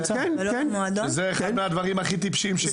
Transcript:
זה אחד מהדברים הכי טיפשיים.